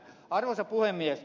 arvoisa puhemies